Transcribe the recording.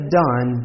done